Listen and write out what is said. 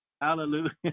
Hallelujah